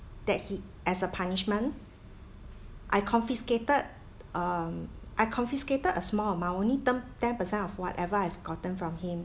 that he as a punishment I confiscated um I confiscated a small amount only term ten percent of whatever I've gotten from him